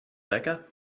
becca